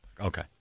Okay